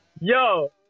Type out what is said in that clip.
Yo